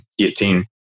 18